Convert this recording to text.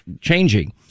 changing